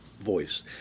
voice